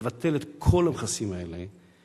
לבטל את כל המכסים האלה.